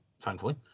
thankfully